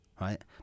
right